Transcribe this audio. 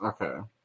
Okay